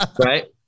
Right